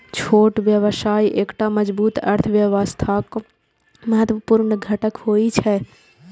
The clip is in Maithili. छोट व्यवसाय एकटा मजबूत अर्थव्यवस्थाक महत्वपूर्ण घटक होइ छै